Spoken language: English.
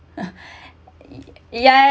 ya